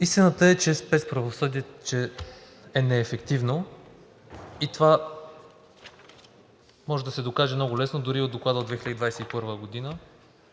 Истината е, че спецправосъдието е неефективно и това може да се докаже много лесно дори от Доклада от 2021 г.